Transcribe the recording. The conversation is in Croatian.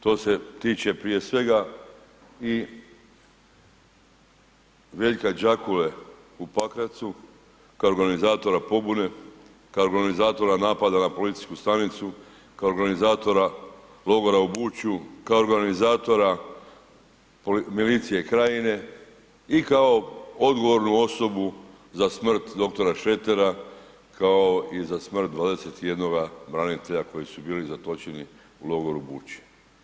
To se tiče prije svega i Veljka Đakule u Pakracu kao organizatora pobune, kao organizatora napada na policijsku stanicu, kao organizatora logora u Bučju, kao organizatora milicije Krajine i kao odgovornu osobu za smrt doktora Šretera kao i za smrt 21 branitelja koji su bili zatočeni u logoru Bučje.